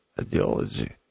ideology